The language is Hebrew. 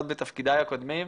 עוד בתפקידיי הקודמים.